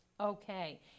Okay